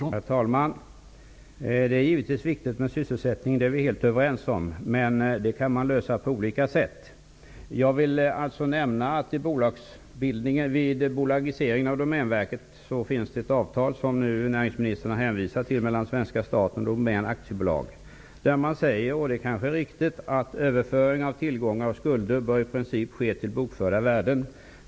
Herr talman! Det är givetvis viktigt med sysselsättningen. Det är vi helt överens om. Den kan man emellertid lösa på olika sätt. Näringsministern har nu hänvisat till ett avtal mellan svenska staten och Domän AB som rör bolagiseringen av Domänverket. I avtalet sägs -- och det kanske är riktigt -- att överföring av tillgångar och skulder i princip bör ske till bokförda värden.